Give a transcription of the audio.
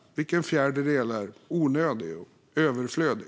Vilken fjärdedel är onödig och överflödig?